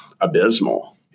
abysmal